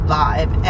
live